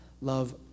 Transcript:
Love